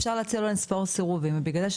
אפשר להציע לו אינספור סירובים ובגלל זה יש